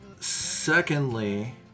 secondly